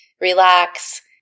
relax